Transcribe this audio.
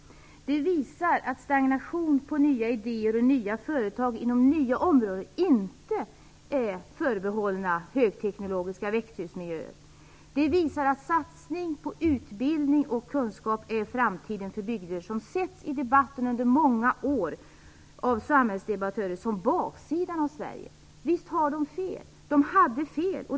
Det visar att stagnation på nya idéer och nya företag inom nya områden inte är förbehållna högteknologiska växthusmiljöer. Det visar att satsning på utbildning och kunskap är framtiden för bygder som av samhällsdebattörer under många år setts som baksidan av Sverige. Visst har de fel. De hade fel.